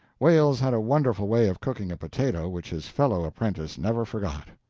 wales had a wonderful way of cooking a potato which his fellow apprentice never forgot.